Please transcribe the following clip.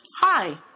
Hi